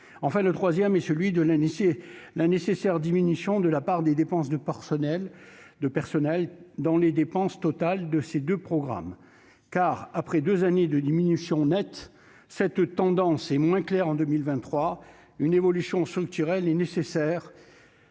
Enfin, la troisième réserve concerne la nécessaire diminution de la part des dépenses de personnel dans le budget global de ces deux programmes : après deux années de diminution nette, cette tendance est moins claire en 2023. Une évolution structurelle est nécessaire